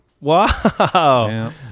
wow